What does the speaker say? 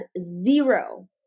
zero